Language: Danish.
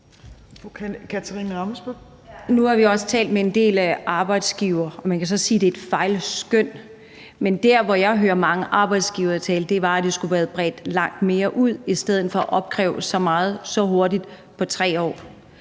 Nu har vi også talt med en del arbejdsgivere, og man kan så sige, at det er et fejlskøn. Men det, jeg hører mange arbejdsgivere sige, er, at det skulle være bredt langt mere ud i stedet for at opkræve så meget så hurtigt på 3 år.